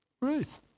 Ruth